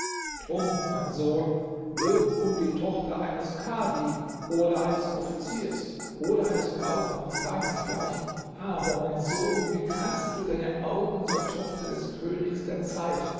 drum mein sohn wirb um die tochter eines kadi oder eines offiziers oder eines kaufmanns deinesgleichen aber mein sohn wie kannst du deine augen zur tochter des königs der zeit